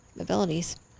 abilities